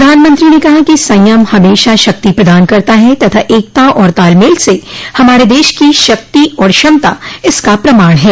प्रधानमंत्री ने कहा कि संयम हमेशा शक्ति प्रदान करता है तथा एकता और तालमेल से हमारे देश की शक्ति और क्षमता इसका प्रमाण है